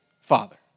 father